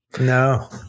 No